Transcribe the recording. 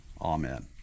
Amen